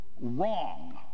wrong